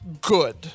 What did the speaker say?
good